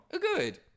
Good